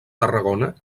tarragona